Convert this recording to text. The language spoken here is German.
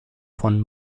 von